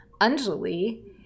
Anjali